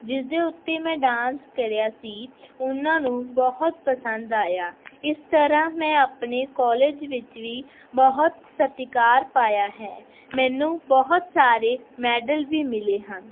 ਜਿਸ ਦੇ ਉੱਤੇ ਮੈਂ ਡਾਂਸ ਕਰਿਆ ਸੀ ਉਹਨਾਂ ਨੂੰ ਬਹੁਤ ਪਸੰਦ ਆਇਆ ਇਸ ਤਰ੍ਹਾਂ ਮੈਂ ਆਪਣੇ ਕਾਲਜ ਵਿੱਚ ਵੀ ਬਹੁਤ ਸਤਿਕਾਰ ਪਾਇਆ ਹੈ ਮੈਨੂੰ ਬਹੁਤ ਸਾਰੇ ਮੈਡਲ ਵੀ ਮਿਲੇ ਹਨ